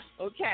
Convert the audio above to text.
Okay